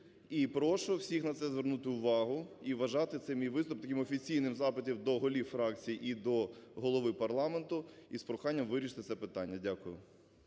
І прошу всіх на це звернути увагу і вважати цей мій виступ таким офіційним запитом до голів фракцій і до Голови парламенту із проханням вирішити це питання. Дякую.